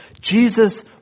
Jesus